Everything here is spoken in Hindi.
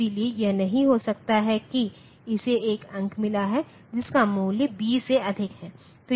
इसलिए यह नहीं हो सकता है कि इसे एक अंक मिला है जिसका मूल्य b से अधिक है